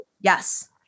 Yes